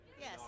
Yes